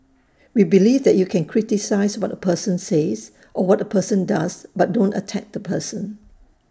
we believe that you can criticise what A person says or what A person does but don't attack the person